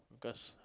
cause